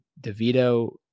DeVito